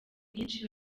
nyinshi